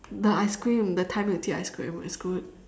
the ice cream the thai milk tea ice cream it's good